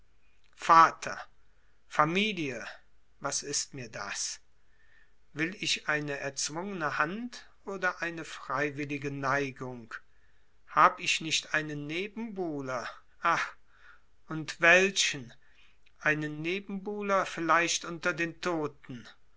vater familie was ist mir das will ich eine erzwungene hand oder eine freiwillige neigung hab ich nicht einen nebenbuhler ach und welchen einen nebenbuhler vielleicht unter den toten